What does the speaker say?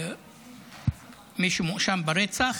מי שמואשם ברצח,